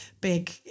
big